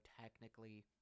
technically